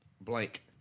blank